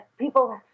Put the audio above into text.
people